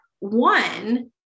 One